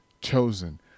chosen